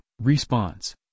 response